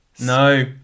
No